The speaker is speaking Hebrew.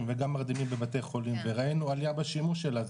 וגם מרדימים בבתי חולים וראינו עלייה בשימוש שלה,